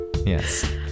Yes